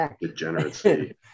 degeneracy